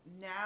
now